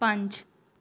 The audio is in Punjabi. ਪੰਜ